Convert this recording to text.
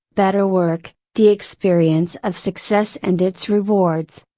better work, the experience of success and its rewards.